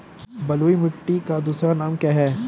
बलुई मिट्टी का दूसरा नाम क्या है?